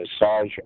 massage